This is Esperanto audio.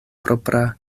propra